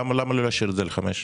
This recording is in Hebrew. למה לא להשאיר את זה לחמש?